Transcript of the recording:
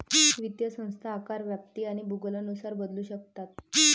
वित्तीय संस्था आकार, व्याप्ती आणि भूगोलानुसार बदलू शकतात